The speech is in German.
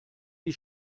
die